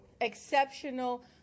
exceptional